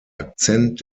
akzent